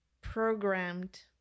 programmed –